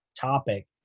topic